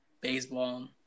baseball